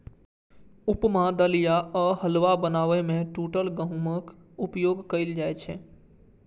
उपमा, दलिया आ हलुआ बनाबै मे टूटल गहूमक उपयोग कैल जाइ छै